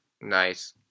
Nice